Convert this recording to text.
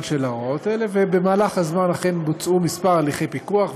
של הוראות אלו ובמהלך הזמן אכן בוצעו כמה הליכי פיקוח,